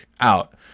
out